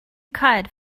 kite